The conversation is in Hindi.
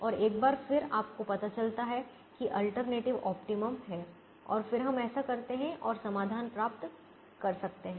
और एक बार फिर आपको पता चलता है कि अल्टरनेटिव ऑप्टिमम है और फिर हम ऐसा कर सकते हैं और समाधान प्राप्त कर सकते हैं